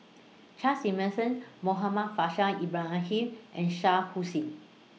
Charles Emmerson Muhammad Faishal Ibrahim and Shah Hussain